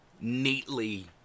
neatly